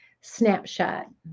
snapshot